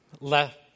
left